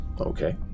Okay